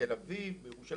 בתל אביב, בירושלים.